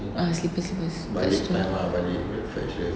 ah slippers slippers that's the one